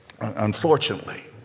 unfortunately